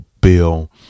Bill